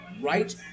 right